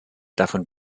davon